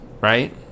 right